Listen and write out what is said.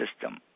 system